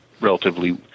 relatively